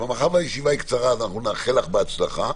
אבל מאחר שהישיבה קצרה, נאחל לך שרון בהצלחה.